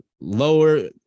lower